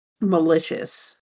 malicious